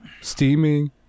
steaming